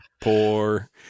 poor